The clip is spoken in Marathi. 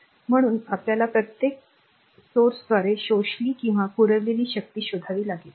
म्हणून आपल्याला प्रत्येक स्रोताद्वारे शोषली किंवा पुरवलेली शक्ती शोधावी लागेल